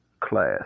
class